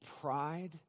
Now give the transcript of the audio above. pride